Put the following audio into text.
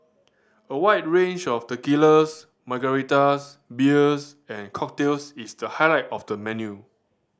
a wide range of tequilas margaritas beers and cocktails is the highlight of the menu